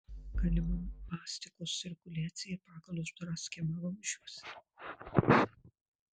galima mastikos cirkuliacija pagal uždarą schemą vamzdžiuose